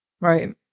Right